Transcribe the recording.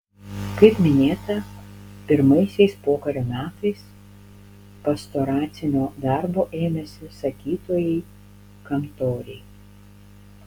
kaip minėta pirmaisiais pokario metais pastoracinio darbo ėmėsi sakytojai kantoriai